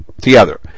together